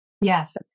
Yes